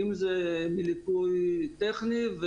אם זה מליקוי טכני,